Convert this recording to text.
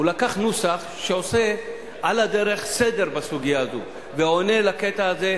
הוא לקח נוסח שעושה על הדרך סדר בסוגיה הזאת ועונה לקטע הזה,